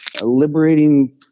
liberating